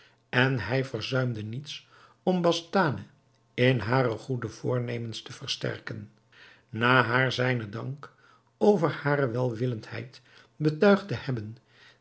en hij verzuimde niets om bastane in hare goede voornemens te versterken na haar zijnen dank over hare welwillendheid betuigd te hebben